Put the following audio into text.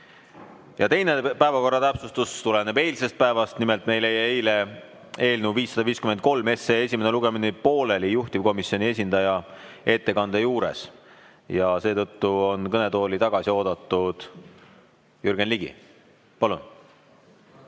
saa. Teine päevakorra täpsustus tuleneb eilsest päevast. Nimelt meil jäi eile eelnõu 553 esimene lugemine pooleli juhtivkomisjoni esindaja ettekande juures ja seetõttu on kõnetooli tagasi oodatud Jürgen Ligi. Palun!